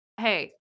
Hey